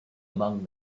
among